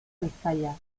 vizcaya